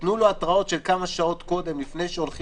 יתנו לו התראות של כמה שעות קודם לפני שהולכים